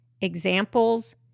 Examples